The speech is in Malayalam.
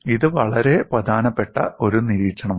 ഇത് വളരെ പ്രധാനപ്പെട്ട ഒരു നിരീക്ഷണമാണ്